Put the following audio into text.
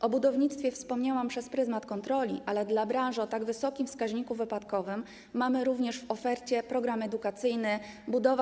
O budownictwie wspomniałam przez pryzmat kontroli, ale dla branży o tak wysokim wskaźniku wypadkowym mamy również w ofercie program edukacyjny ˝Budowa.